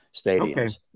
stadiums